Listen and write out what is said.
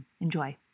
Enjoy